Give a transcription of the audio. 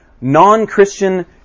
non-Christian